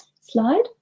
Slide